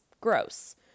Gross